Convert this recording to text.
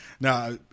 Now